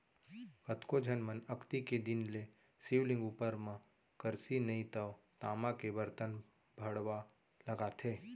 कतको झन मन अक्ती के दिन ले शिवलिंग उपर म करसी नइ तव तामा के बरतन भँड़वा लगाथे